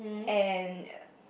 and